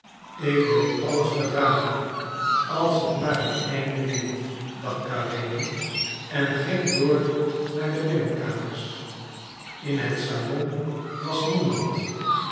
ik wil alles verdragen als het maar een einde neemt dacht karenin en ging door naar de binnenkamers in het salon was niemand